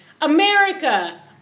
America